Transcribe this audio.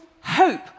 hope